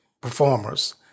performers